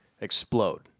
explode